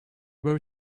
were